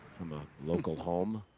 from a local home